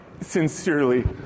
sincerely